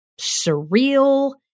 surreal